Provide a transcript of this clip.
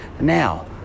Now